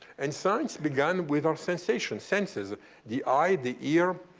and science began with our sensations, senses the eye, the ear,